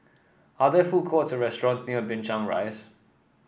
are there food courts or restaurants near Binchang Rise